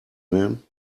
werden